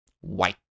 White